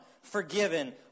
forgiven